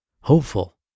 hopeful